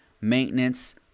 maintenance